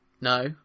No